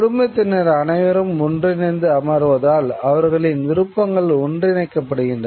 குடும்பத்தினர் அனைவரும் ஒன்றிணைந்து அமர்வதால் அவர்களின் விருப்பங்கள் ஒன்றிணைக்கப்படுகின்றன